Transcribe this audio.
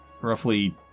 roughly